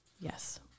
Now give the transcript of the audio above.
Yes